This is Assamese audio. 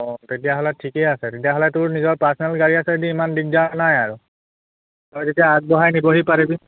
অঁ তেতিয়াহ'লে ঠিকেই আছে তেতিয়াহ'লে তোৰ নিজৰ পাৰ্চনেল গাড়ী আছে যদি ইমান দিগদাৰ নাই আৰু তই তেতিয়া আগবঢ়াই নিবহি পাৰিবি